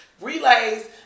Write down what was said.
Relays